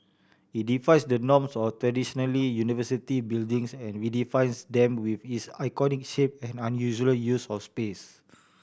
it defies the norms of traditionally university buildings and redefines them with its iconic shape and unusual use for space